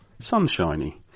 sunshiny